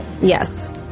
Yes